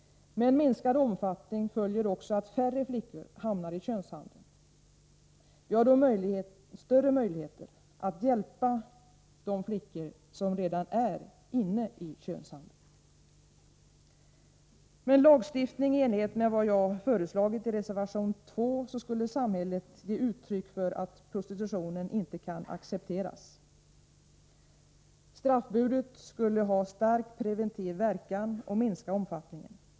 Med en minskad omfattning följer också att färre flickor hamnar i könshandeln. Vi har då större möjligheter att hjälpa de flickor som redan är inne i könshandeln. Med en lagstiftning i enlighet med vad jag föreslagit i reservation 2 skulle samhället ge uttryck för att prostitution inte kan accepteras. Straffbudet skulle ha stark preventiv verkan och minska omfattningen.